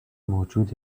موجود